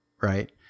right